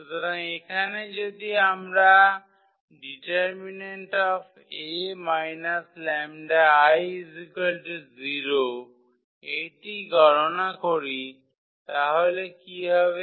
সুতরাং এখানে যদি আমরা det𝐴 𝜆𝐼 0 এটি গণনা করি তাহলে কি হবে